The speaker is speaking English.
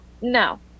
No